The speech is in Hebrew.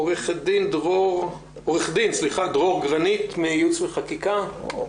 עורך הדין דרור גרנית מייעוץ וחקיקה, בבקשה.